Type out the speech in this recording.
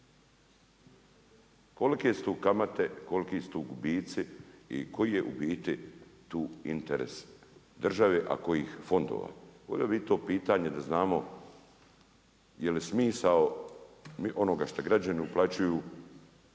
Kolike su tu kamate, koliki su tu gubici i koji je tu interes države, a kojih fondova? Volio bi to pitanje da znamo jel smisao onoga što građani uplaćuju